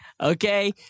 Okay